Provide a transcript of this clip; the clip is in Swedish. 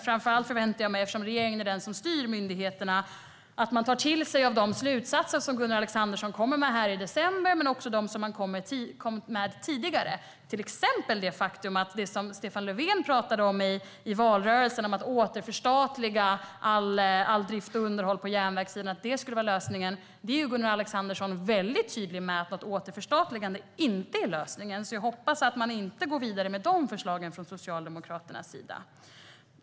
Framför allt förväntar jag mig, eftersom regeringen är den som styr myndigheterna, att man tar till sig de slutsatser som Gunnar Alexandersson kommer med i december men också de som han kom med tidigare, till exempel om det som Stefan Löfven talade om i valrörelsen - att det skulle vara lösningen att återförstatliga all drift och allt underhåll på järnvägssidan. Gunnar Alexandersson är väldigt tydlig med att ett återförstatligande inte är lösningen, så jag hoppas att man inte går vidare med de förslagen från Socialdemokraternas sida.